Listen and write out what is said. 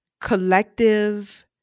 collective